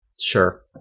sure